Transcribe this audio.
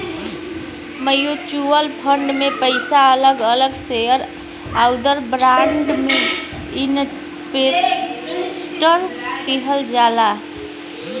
mutual fund में पइसा अलग अलग शेयर आउर बांड में इनवेस्ट किहल जाला